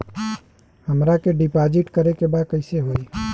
हमरा के डिपाजिट करे के बा कईसे होई?